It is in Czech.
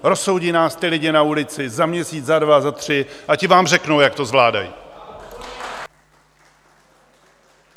Rozsoudí nás ti lidé na ulici za měsíc za dva, za tři a ti vám řeknou, jak to zvládají.